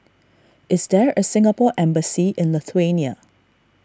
is there a Singapore Embassy in Lithuania